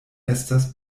estas